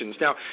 Now